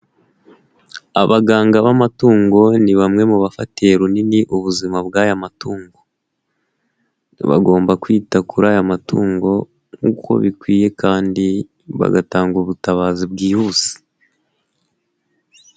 Abaganga b'amatungo ni bamwe mu bafatiye runini ubuzima bw'aya matungo, bagomba kwita kuri aya matungo nkuko bikwiye kandi bagatanga ubutabazi bwihuse.